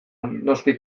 noski